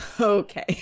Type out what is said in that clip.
Okay